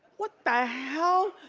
what the hell?